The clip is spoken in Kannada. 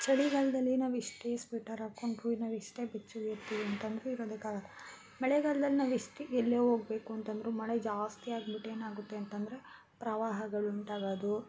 ಚಳಿಗಾಲದಲ್ಲಿ ನಾವೆಷ್ಟೇ ಸ್ವೆಟರ್ ಹಾಕೊಂಡ್ರು ನಾವೆಷ್ಟೇ ಬೆಚ್ಚಗಿರ್ತೀವಿ ಅಂತಂದ್ರೂ ಇರೊದಕ್ಕಾಗಲ್ಲ ಮಳೆಗಾಲ್ದಲ್ಲಿ ನಾವೆಷ್ಟೇ ಎಲ್ಲೇ ಹೋಗ್ಬೇಕು ಅಂತಂದ್ರೂ ಮಳೆ ಜಾಸ್ತಿಯಾಗ್ಬಿಟ್ಟು ಏನಾಗುತ್ತೆ ಅಂತಂದರೆ ಪ್ರವಾಹಗಳು ಉಂಟಾಗೋದು